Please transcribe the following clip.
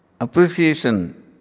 Appreciation